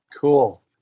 cool